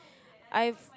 I've